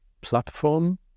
platform